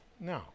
No